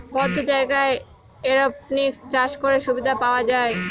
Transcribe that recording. বদ্ধ জায়গায় এরপনিক্স চাষ করে সুবিধা পাওয়া যায়